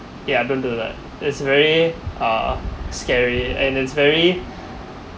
ya don't do that it's very uh scary and it's very